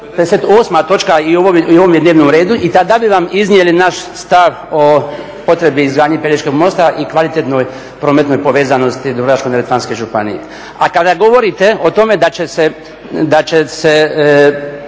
58. točka i u ovom dnevnom redu, i tada bi vam iznijeli naš stav o potrebi izgradnje Pelješkog mosta i kvalitetnoj prometnoj povezanosti Dubrovačko-neretvanske županije. A kada govorite o tome da će se